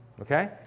Okay